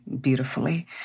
beautifully